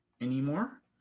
anymore